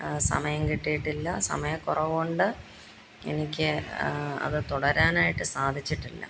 സമയം കിട്ടിയിട്ടില്ല സമയം കുറവുണ്ട് എനിക്ക് അത് തുടരാനായിട്ട് സാധിച്ചിട്ടില്ല